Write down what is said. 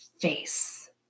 face